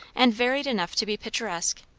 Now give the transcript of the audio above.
and varied enough to be picturesque,